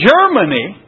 Germany